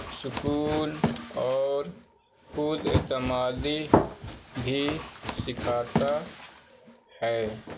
سکون اور خود اعتمادی بھی سکھاتا ہے